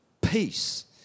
peace